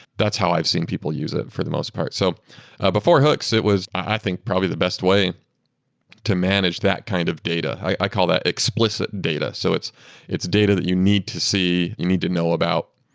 that's how i've seen people use it for the most part so ah before hooks, it was i think probably the best way to manage that kind of data. i call that explicit data. so it's it's data that you need to see, you need to know about,